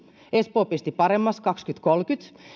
espoo pisti paremmaksi kaksituhattakolmekymmentä